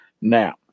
Now